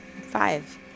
five